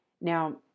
Now